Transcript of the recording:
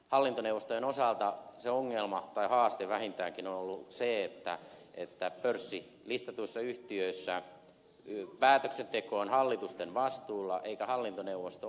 hallintoneuvostojen osalta se ongelma tai haaste vähintäänkin on ollut se että pörssilistatuissa yhtiöissä päätöksenteko on hallitusten vastuulla eikä hallintoneuvosto osallistu siihen päätöksentekoon